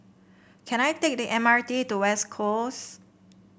can I take the M R T to West Coast